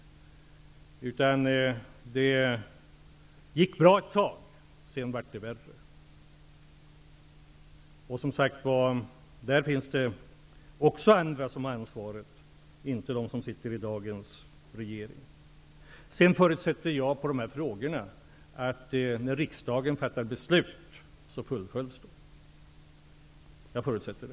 Det gick bra ett tag, sedan blev det värre. Och det finns, som sagt, också andra som har ansvaret -- inte de som sitter i dagens regering. Sedan förutsätter jag, när det gäller de här frågorna, att när riksdagen fattar beslut så fullföljs de.